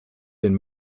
den